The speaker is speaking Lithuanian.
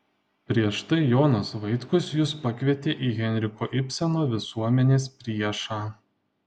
prieš tai jonas vaitkus jus pakvietė į henriko ibseno visuomenės priešą